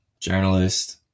journalist